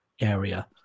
area